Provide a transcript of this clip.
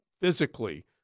physically